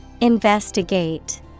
Investigate